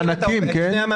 המענקים?